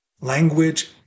language